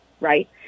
right